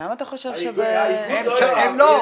אנחנו מציינים פה מדי שנה גם